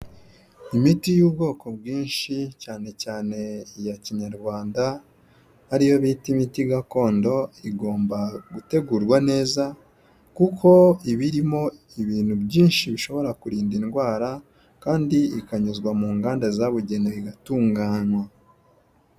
Imiti y'ubwoko bwinshi cyane cyane iya kinyarwanda ariyo bita imiti gakondo igomba gutegurwa neza kuko ibirimo ibintu byinshi bishobora kurinda indwara kandi ikanyuzwa mu nganda zabugenewe igatunganywa.